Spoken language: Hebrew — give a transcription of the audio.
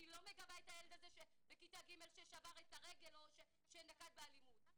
אני לא מגבה את הילד הזה בכיתה ג' ששבר את הרגל או שנקט באלימות,